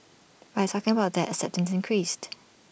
by talking about that acceptance increased